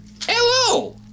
Hello